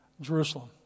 Jerusalem